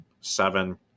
Seven